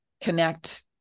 connect